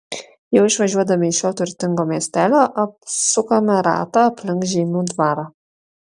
jau išvažiuodami iš šio turtingo miestelio apsukame ratą aplink žeimių dvarą